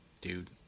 Dude